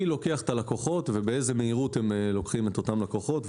לוקח את הלקוחות ובאיזו מהירות לוקחים את אותם לקוחות.